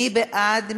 מי בעד?